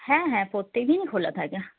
হ্যাঁ হ্যাঁ প্রত্যেকদিনই খোলা থাকে